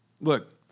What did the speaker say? Look